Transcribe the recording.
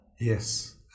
Yes